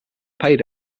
paid